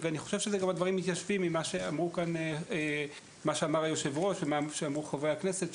אני חושב שהדברים מתיישבים עם מה שאמר היושב-ראש ומה שאמרו חברי הכנסת,